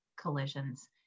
collisions